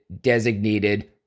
designated